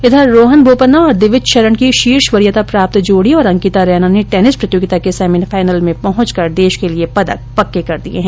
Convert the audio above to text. इधर रोहन बोपन्ना और दिविज शरण की शीर्ष वरियता प्राप्त जोडी तथा अंकिता रैना ने टेनिस प्रतियोगिता के सेमीफाइनल में पहुंच कर देश के लिये पदक पक्के कर दिये हैं